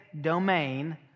domain